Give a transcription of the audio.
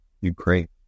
Ukraine